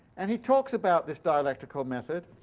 and he talks about this dialectical method